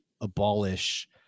abolish